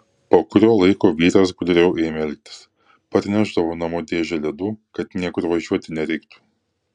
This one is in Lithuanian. po kurio laiko vyras gudriau ėmė elgtis parnešdavo namo dėžę ledų kad niekur važiuoti nereiktų